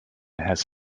has